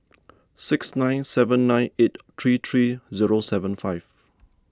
six nine seven nine eight three three zero seven five